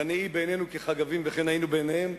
ונהי בעינינו כחגבים וכן היינו בעיניהם,